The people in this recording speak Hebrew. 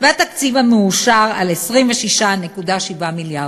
והתקציב המאושר על 26.7 מיליארד.